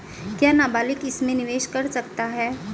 क्या नाबालिग इसमें निवेश कर सकता है?